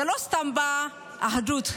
זה לא סתם בא, אחדות.